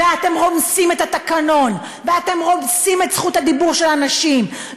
ואתם רומסים את התקנון ואתם רומסים את זכות הדיבור של האנשים,